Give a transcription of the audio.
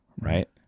right